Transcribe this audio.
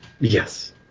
Yes